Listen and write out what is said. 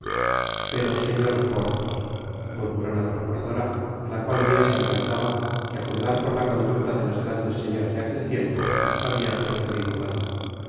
pero señor porthos murmuró la procuradora á la cual bien se alcanzaba que á juzgar por la conducta de las grandes señoras de aquel tiempo habia procedido mal